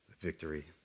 victory